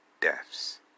deaths